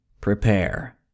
prepare